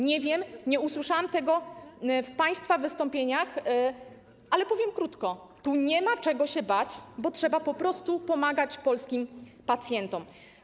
Nie wiem, nie usłyszałam tego w państwa wystąpieniach, ale powiem krótko: tu nie ma czego się bać, bo trzeba po prostu pomagać polskim pacjentom.